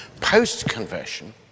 post-conversion